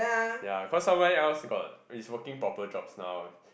ya cause somewhere else got is working proper jobs now